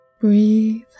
Breathe